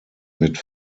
mit